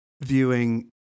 viewing